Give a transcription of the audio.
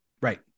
Right